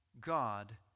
God